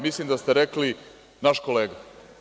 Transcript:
Mislim da ste rekli naš kolega.